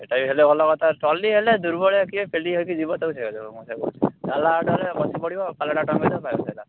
ସେଇଟା ବି ହେଲେ ଭଲ କଥା ଟଲି ହେଲେ ଦୁର୍ବଳିଆ କିଏ ପେଲି ହେଇକି ଯିବ ଡାଲା ଅଟୋ ହେଲେ ବସି ପଡ଼ିବ ପାଲଟା ଟଙ୍ଗାଇ ଦେବ ବାସ୍ ସରିଲା